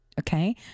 Okay